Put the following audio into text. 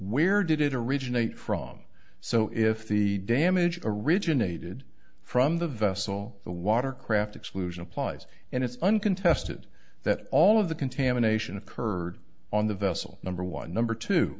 where did it originate from so if the damage originated from the vessel the watercraft exclusion applies and it's uncontested that all of the contamination occurred on the vessel number one number two